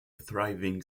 thriving